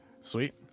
Sweet